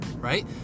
right